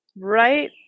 right